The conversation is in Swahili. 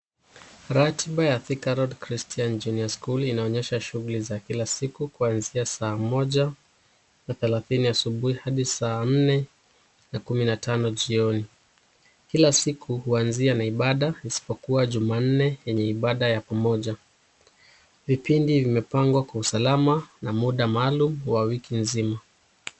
Ratiba ya Thikaroad Christian Junior school inaonyesha shughuli za kila siku kuanzia saa moja na thelathini asubuhi hadi saa nne na kuminatano jioni. Kila siku huanzia na ibada, isipokuwa Jumanne yenye ibada pamoja. vipindi vimepangwa kwa usalama na muda maalum wa wiki nzima.